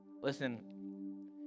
Listen